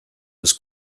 was